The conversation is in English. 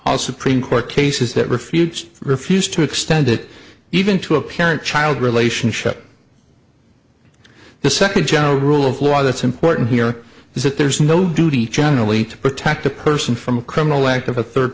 all supreme court cases that refutes refuse to extend it even to a parent child relationship the second general rule of law that's important here is that there's no duty generally to protect a person from a criminal act of a third